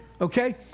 Okay